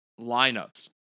lineups